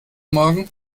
morgen